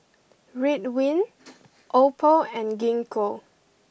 Ridwind Oppo and Gingko